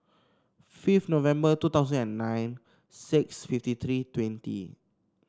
fifth November two thousand and nine six fifty three twenty